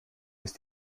ist